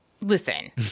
Listen